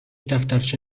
دفترچه